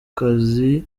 kazi